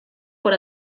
por